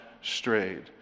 strayed